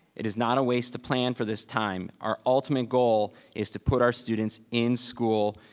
it is not a waste to plan for this time. our ultimate goal is to put our students in school.